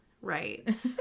right